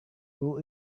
will